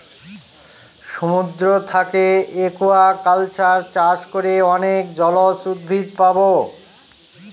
সমুদ্র থাকে একুয়াকালচার চাষ করে অনেক জলজ উদ্ভিদ পাবো